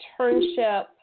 internship